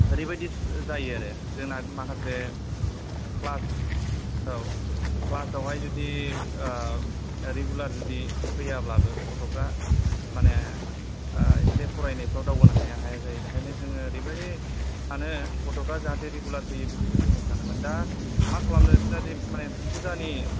ओरैबायदि जायो आरो जोंना माखासे क्लास औ क्लासाव हाय जुदि रिगुलार जुदि फैयाब्लाबो गथ'फ्रा माने एसे फरायनायफ्राव दावगानो हाया हाया जायो ओंखायनो जोङो ओरैबादि सानो गथ'फ्रा जाहाथे रिगुलार फैयो बेखौसो जोङो सानोमोन दा मा खालामनो फुजानि